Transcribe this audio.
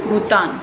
Bhutan